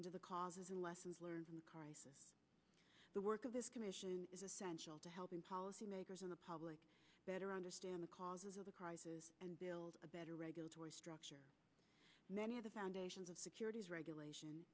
into the causes and lessons learned the work of this commission is essential to helping policymakers in the public better understand the causes of the crisis and build a better regulatory structure many of the foundations of securities regulation